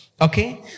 okay